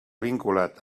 vinculat